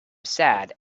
sad